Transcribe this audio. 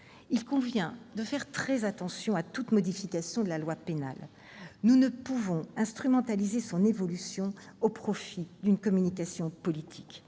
Il convient de faire très attention à toute modification de la loi pénale : nous ne pouvons instrumentaliser son évolution au profit d'une communication politique